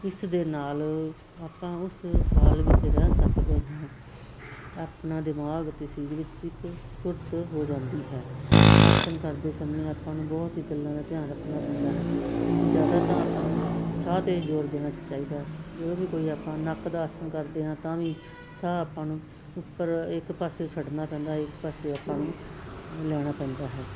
ਇਸ ਦੇ ਨਾਲ ਆਪਾਂ ਉਸ ਪਲ ਵਿੱਚ ਰਹਿ ਸਕਦੇ ਹਾਂ ਆਪਣਾ ਦਿਮਾਗ ਅਤੇ ਸਰੀਰ ਵਿੱਚ ਇਕ ਸੁਰਤ ਹੋ ਜਾਂਦੀ ਹੈ ਆਸਣ ਕਰਦੇ ਸਮੇਂ ਆਪਾਂ ਨੂੰ ਬਹੁਤ ਹੀ ਗੱਲਾਂ ਦਾ ਧਿਆਨ ਰੱਖਣਾ ਪੈਂਦਾ ਹੈ ਜ਼ਿਆਦਾ ਤਾਂ ਆਪਾਂ ਨੂੰ ਸਾਹ ਅਤੇ ਜ਼ੋਰ ਦੇਣਾ ਚਾਹੀਦਾ ਜੋ ਵੀ ਕੋਈ ਆਪਾਂ ਨੱਕ ਦਾ ਆਸਣ ਕਰਦੇ ਹਾਂ ਤਾਂ ਵੀ ਸਾਹ ਆਪਾਂ ਨੂੰ ਉੱਪਰ ਇੱਕ ਪਾਸੇ ਛੱਡਣਾ ਪੈਂਦਾ ਇੱਕ ਪਾਸੇ ਆਪਾਂ ਨੂੰ ਲੈਣਾ ਪੈਂਦਾ ਹੈ